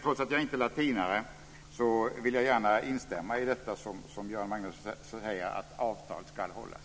Trots att jag inte är latinare vill jag gärna instämma i det som Göran Magnusson säger, att avtal ska hållas.